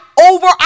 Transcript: over